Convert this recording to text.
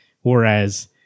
Whereas